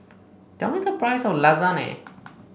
tell me the price of Lasagne